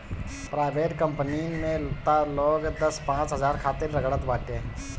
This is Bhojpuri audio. प्राइवेट कंपनीन में तअ लोग दस पांच हजार खातिर रगड़त बाटे